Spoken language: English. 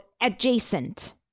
adjacent